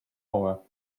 over